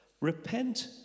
Repent